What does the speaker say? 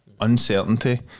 Uncertainty